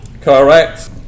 Correct